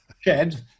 shed